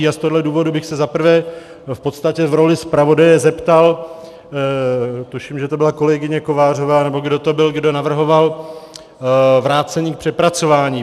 Z tohohle důvodu bych se za prvé v podstatě v roli zpravodaje zeptal, tuším, že to byla kolegyně Kovářová nebo kdo to byl, kdo navrhoval vrácení k přepracování.